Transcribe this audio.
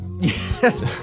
Yes